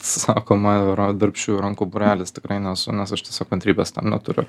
sakoma yra darbščiųjų rankų būrelis tikrai nesu nes aš tiesiog kantrybės tam neturiu